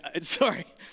Sorry